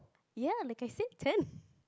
ya like I said ten